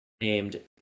named